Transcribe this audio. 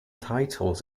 titles